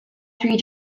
three